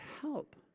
help